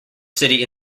city